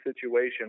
situation